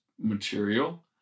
material